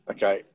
Okay